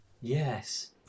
yes